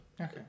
Okay